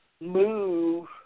move